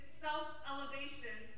self-elevation